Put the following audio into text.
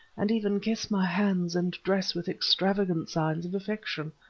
and even kiss my hands and dress with extravagant signs of affection.